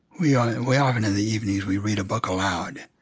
we ah we often, in the evenings, we read a book aloud.